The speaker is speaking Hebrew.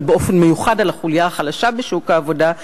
אבל באופן מיוחד על החוליה החלשה בשוק העבודה,